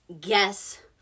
guess